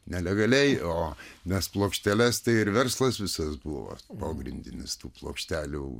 nelegaliai o mes plokšteles tai ir verslas visas buvo pogrindinis tų plokštelių